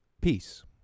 peace